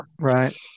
right